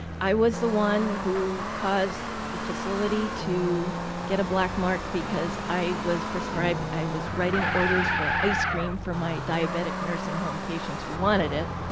i was the one who caused the facility to get a black mark because i was prescribed i was writing orders for ice cream for my diabetic nursing home patients who wanted it.